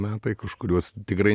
metai kažkuriuos tikrai